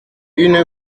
une